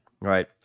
right